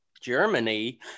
Germany